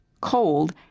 cold